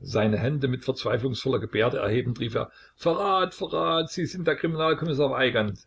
seine hände mit verzweiflungsvoller gebärde erhebend rief er verrat verrat sie sind der kriminalkommissar weigand